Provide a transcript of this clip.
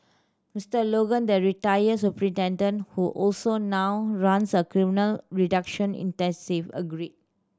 Mister Logan the retired superintendent who also now runs a criminal reduction agreed